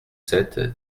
sept